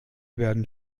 werden